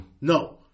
No